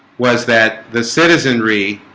was that the citizenry